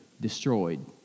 destroyed